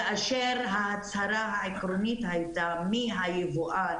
כאשר ההצהרה העקרונית היתה מי היבואן